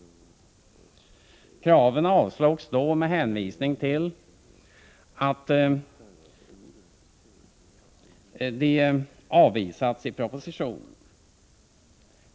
Kraven avslogs då med hänvisning till att de avvisats i propositionen.